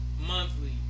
monthly